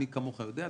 מי כמוך יודע,